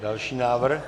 Další návrh.